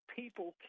people